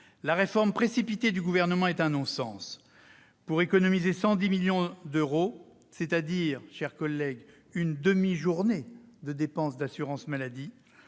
la réforme précipitée du Gouvernement est un non-sens. Pour économiser 110 millions d'euros, soit une demi-journée de dépenses de l'assurance maladie,